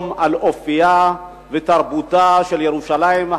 דיון על אופיה ותרבותה של ירושלים,